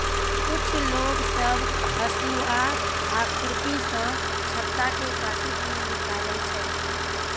कुछ लोग सब हसुआ आ खुरपी सँ छत्ता केँ काटि केँ निकालै छै